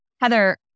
Heather